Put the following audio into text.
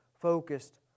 focused